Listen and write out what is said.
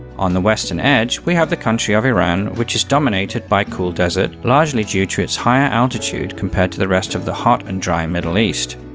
on the western edge, we have the country of iran which is dominated by cool desert, largely due to its higher altitude compared with the rest of the hot and dry middle east.